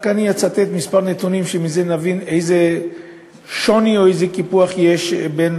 אני רק אצטט מספר נתונים שמהם נבין איזה שוני או איזה קיפוח יש בין